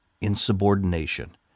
insubordination